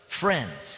friends